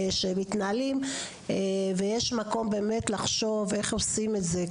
יש מקום באמת לחשוב איך עושים את זה.